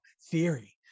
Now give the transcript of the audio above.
Theory